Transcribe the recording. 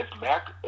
Mac